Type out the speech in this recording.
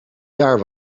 jaar